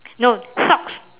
no socks